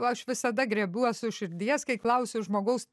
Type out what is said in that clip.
aš visada griebiuos už širdies kai klausiu žmogaus